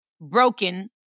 broken